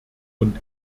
und